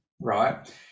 right